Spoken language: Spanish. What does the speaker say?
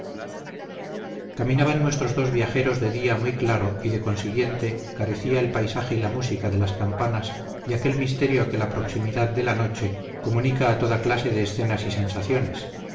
caminaban nuestros dos viajeros de día muy claro y de consiguiente carecía el paisaje y la música de las campanas de aquel misterio que la proximidad de la noche comunica a toda clase de escenas y sensaciones